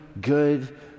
good